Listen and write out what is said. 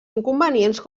inconvenients